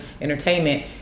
entertainment